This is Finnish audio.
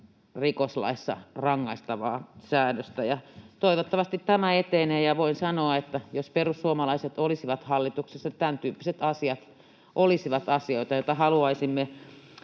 rikoslaissa rangaistavaa säädöstä. Toivottavasti tämä etenee. Voin sanoa, että jos perussuomalaiset olisivat hallituksessa, tämäntyyppiset asiat olisivat asioita, joita haluaisimme